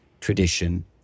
tradition